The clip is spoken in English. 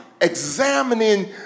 examining